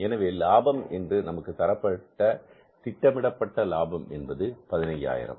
எனவே லாபம் என்று நமக்கு தரப்பட்ட திட்டமிடப்பட்ட லாபம் என்பது 15000